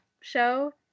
show